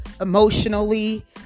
emotionally